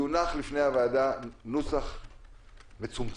יונח לפני הוועדה נוסח מצומצם